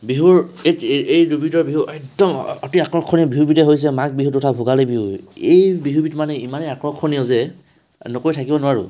বিহুৰ দুবিধৰ বিহু একদম অতি আকৰ্ষণীয় বিহুবিধে হৈছে মাঘ বিহু তথা ভোগালী বিহু এই বিহুবিধ মানে ইমানে আকৰ্ষণীয় যে নকৈ থাকিব নোৱাৰো